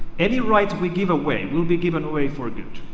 any rights we give away will be given away for good.